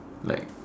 like